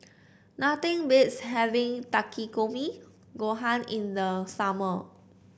nothing beats having Takikomi Gohan in the summer